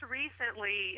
recently